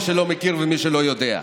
מי שלא מכיר ומי שלא יודע.